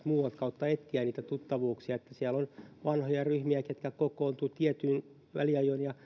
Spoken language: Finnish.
kautta etsiä niitä tuttavuuksia siellä on vanhoja ryhmiä jotka kokoontuvat tietyin väliajoin